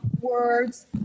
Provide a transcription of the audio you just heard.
words